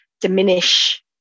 diminish